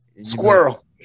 squirrel